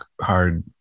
hard